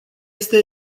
este